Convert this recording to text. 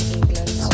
England